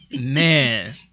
Man